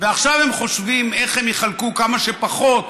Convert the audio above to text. ועכשיו הם חושבים איך יחלקו כמה שפחות,